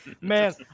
man